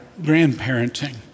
grandparenting